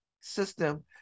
system